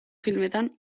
filmetan